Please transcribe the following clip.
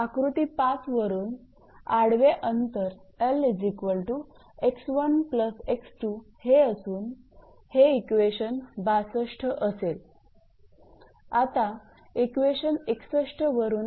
आकृती 5 वरून आडवे अंतर 𝐿𝑥1𝑥2 हे असून हे इक्वेशन 62 असेल